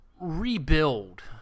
Rebuild